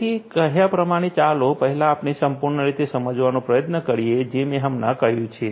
તેથી કહ્યા પ્રમાણે ચાલો પહેલા આપણે સંપૂર્ણ રીતે સમજવાનો પ્રયત્ન કરીએ જે મેં હમણાં કહ્યું છે